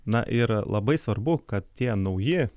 na yra labai svarbu kad tie nauji